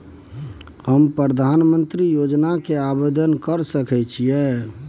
हम प्रधानमंत्री योजना के आवेदन कर सके छीये?